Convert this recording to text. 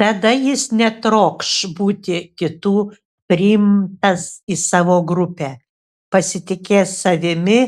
tada jis netrokš būti kitų priimtas į savo grupę pasitikės savimi